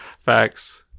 Facts